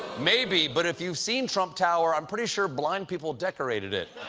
maybe. but if you've seen trump tower, i'm pretty sure blind people decorated it.